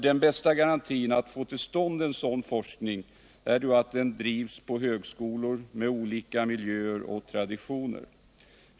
Den bästa garantin för att få till stånd en sådan forskning är att den bedrivs på högskolor med olika miljöer och traditioner.